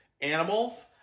animals